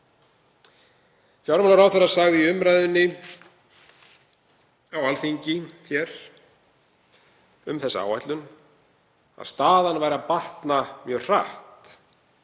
Fjármálaráðherra sagði í umræðunni á Alþingi um þessa áætlun að staðan væri nú að batna mjög hratt,